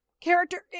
character